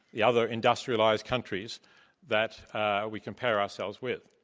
the other industrialized countries that we compare ourselves with.